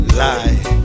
lie